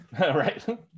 Right